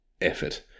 effort